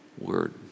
word